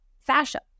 fascia